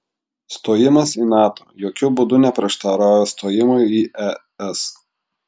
stojimas į nato jokiu būdu neprieštarauja stojimui į es